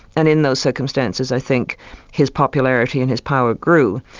and in those circumstances i think his popularity and his power grew.